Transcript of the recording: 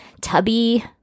Tubby